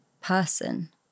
person